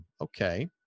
okay